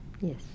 Yes